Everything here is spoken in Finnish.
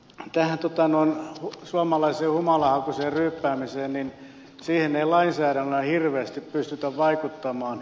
mitä tulee suomalaiseen humalahakuiseen ryyppäämiseen niin siihen ei lainsäädännöllä hirveästi pystytä vaikuttamaan